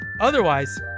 Otherwise